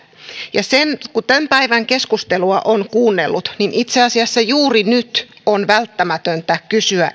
ja kun tämän päivän keskustelua on kuunnellut niin itse asiassa juuri nyt on välttämätöntä kysyä